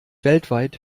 weltweit